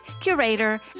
curator